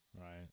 right